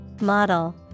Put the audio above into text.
Model